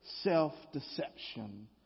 self-deception